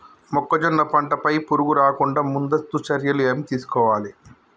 మొక్కజొన్న పంట పై పురుగు రాకుండా ముందస్తు చర్యలు ఏం తీసుకోవాలి?